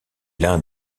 l’un